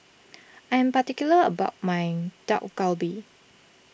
I am particular about my Dak Galbi